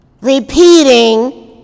Repeating